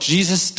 Jesus